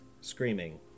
screaming